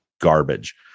garbage